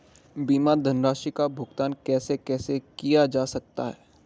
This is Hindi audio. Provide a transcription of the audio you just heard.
बीमा धनराशि का भुगतान कैसे कैसे किया जा सकता है?